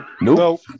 Nope